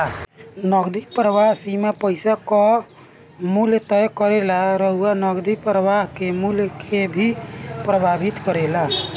नगदी प्रवाह सीमा पईसा कअ मूल्य तय करेला अउरी नगदी प्रवाह के मूल्य के भी प्रभावित करेला